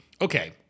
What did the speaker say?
okay